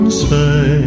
say